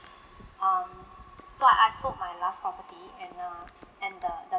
um so I sold my last property and uh and the the